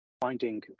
finding